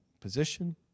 position